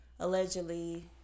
allegedly